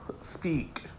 speak